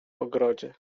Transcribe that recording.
ogrodzie